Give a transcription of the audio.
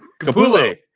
Capule